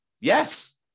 Yes